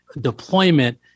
deployment